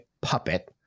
puppet